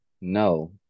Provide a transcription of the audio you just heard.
No